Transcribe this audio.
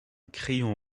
crayon